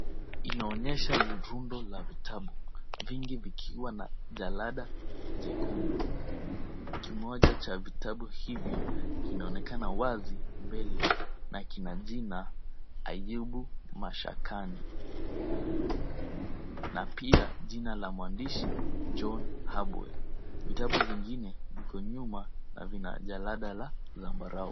Inaonyesha rundo la vitabu vingi vikiwa na jalada jekundu. Kimoja cha vitabu hivyo, kinaonekana wazi mbele na kina jina Ayubu Mashakani na pia jina la mwandishi John Habwe. Vitabu vingine viko nyuma na vina jalaza la zambarau.